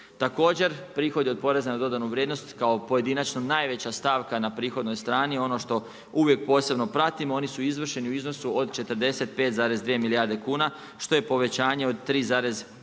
Također prihodi od poreza na dodanu vrijednost kao pojedinačno najveća stavka na prihodnoj strani, ono što uvijek posebno pratimo, oni su izvršeni u iznosu od 45,2 milijarde kuna, što je povećanje od 3,8%, a